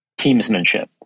teamsmanship